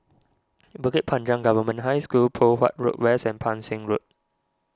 Bukit Panjang Government High School Poh Huat Road West and Pang Seng Road